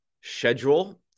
schedule